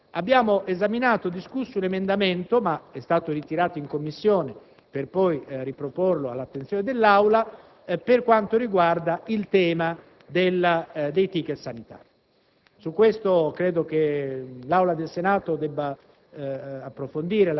Province. Ho lasciato per ultima una questione rilevantissima: abbiamo esaminato e discusso un emendamento, che è stato ritirato in Commissione per poi riproporlo all'attenzione dell'Aula, inerente al tema dei *ticket* sanitari.